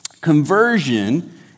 conversion